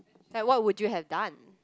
like what would you have done